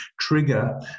trigger